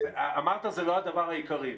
אמרת, זה לא הדבר העיקרי.